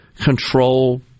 control